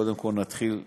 קודם כול נתחיל בלירון,